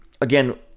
again